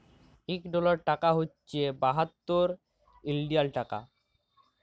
ইক ডলার টাকা হছে বাহাত্তর ইলডিয়াল টাকা